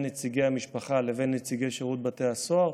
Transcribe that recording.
נציגי המשפחה לבין נציגי שירות בתי הסוהר,